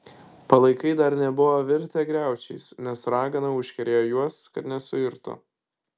palaikai dar nebuvo virtę griaučiais nes ragana užkerėjo juos kad nesuirtų